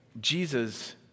Jesus